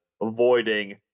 avoiding